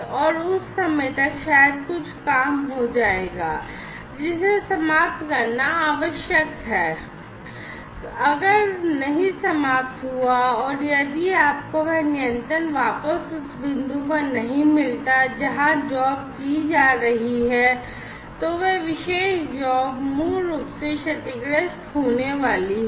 और उस समय तक शायद कुछ काम हो जाएगा जिसे समाप्त करना आवश्यक था समाप्त नहीं हुआ है और यदि आपको वह नियंत्रण वापस उस बिंदु पर नहीं मिलता है जहां Job की जा रही है तो वह विशेष Job मूल रूप से क्षतिग्रस्त होने वाली है